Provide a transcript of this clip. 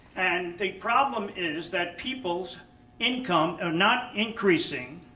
and the problem is that people's income are not increasing